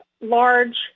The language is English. large